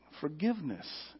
Forgiveness